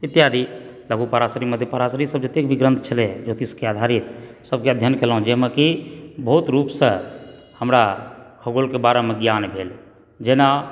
इत्यादि लघु पराशरी मध्य पराशरी ई सब जतेक भी ग्रंथ छलए ज्योतिषके आधारित सबकेँ अध्ययन केलहुँ जाहिमे कि बहुत रूपसंँ हमरा खगोलके बारेमे ज्ञान भेल जेना